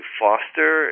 foster